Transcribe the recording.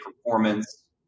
performance